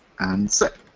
and zip.